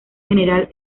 general